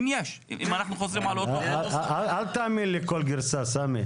אל תאמין לכל גרסה, סמי.